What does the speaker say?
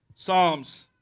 Psalms